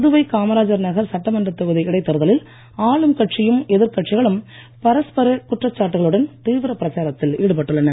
புதுவை காமராஜர் நகர் சட்டமன்றத் தொகுதி இடைத்தேர்தலில் ஆளும் எதிர் கட்சிகளும் பரஸ்பர குற்றச்சாட்டுகளுடன் தீவிர கட்சியும் பிரச்சாரத்தில் ஈடுபட்டுள்ளன